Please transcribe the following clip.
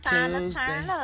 Tuesday